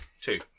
Two